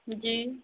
जी